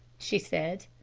she said.